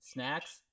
Snacks